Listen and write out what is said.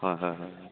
হয় হয় হয় হয়